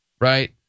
right